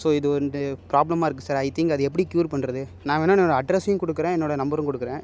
so இது வந்து ப்ராப்ளமாக இருக்கு சார் ஐ திங்க் அது எப்படி க்யூர் பண்ணுறது நான் வேணா என்னோட அட்ரெஸ்ஸையும் கொடுக்குறேன் என்னோட நம்பரும் கொடுக்குறேன்